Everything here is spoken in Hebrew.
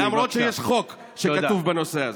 למרות שיש חוק כתוב בנושא הזה.